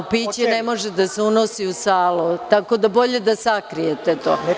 Piće ne može da se unosi u salu, tako da je bolje da sakrijete to.